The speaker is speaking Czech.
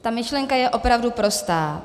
Ta myšlenka je opravdu prostá.